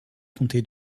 comté